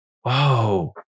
Whoa